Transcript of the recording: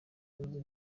bibazo